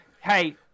Hey